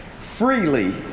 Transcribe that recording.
Freely